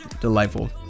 delightful